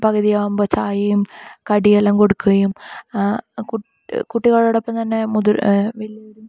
പകുതി ആകുമ്പോൾ ചായയും കടിയെല്ലാം കൊടുക്കുകയും കുട്ട് കുട്ടികളോടൊപ്പം തന്നെ മുത് വലിയവരും